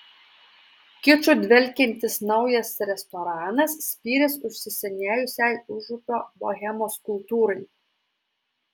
kiču dvelkiantis naujas restoranas spyris užsisenėjusiai užupio bohemos kultūrai